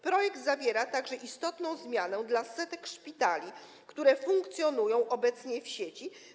Projekt zawiera także zmianę istotną dla setek szpitali, które funkcjonują obecnie w sieci.